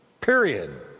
Period